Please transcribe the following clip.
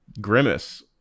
Grimace